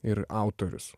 ir autorius